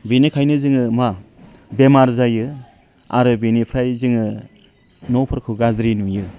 बिनिखायनो जोङो मा बेमार जायो आरो बिनिफ्राय जोङो न'फोरखौ गाज्रि नुयो